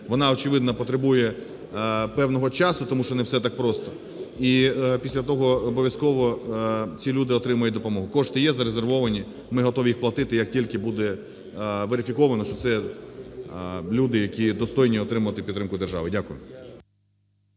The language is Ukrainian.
вона очевидно потребує певного часу, тому що не все так просто. І після того обов'язково ці люди отримають допомогу. Кошти є, зарезервовані, ми готові їх платити, як тільки буде верифіковано, що це люди, які достойні отримати підтримку держави. Дякую.